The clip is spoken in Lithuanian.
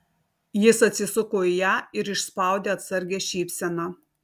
jis atsisuko į ją ir išspaudė atsargią šypseną